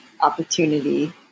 opportunity